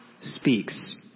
speaks